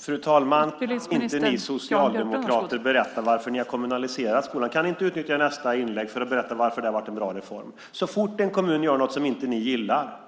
Fru talman! Kan inte ni socialdemokrater berätta varför ni har kommunaliserat skolan? Kan ni inte utnyttja nästa inlägg till att berätta varför det har varit en bra reform? Så fort en kommun gör något som ni inte gillar